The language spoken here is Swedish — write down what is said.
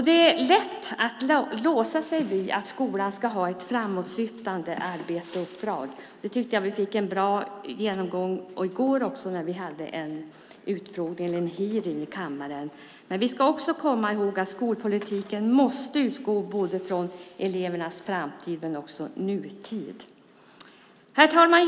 Det är lätt att låsa sig vid att skolan ska ha ett framåtsyftande arbete och uppdrag. Jag tyckte att vi fick en bra genomgång i går, när vi hade en hearing i utskottet. Men vi ska också komma ihåg att skolpolitiken måste utgå från både elevernas framtid och deras nutid. Herr talman!